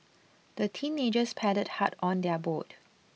the teenagers paddled hard on their boat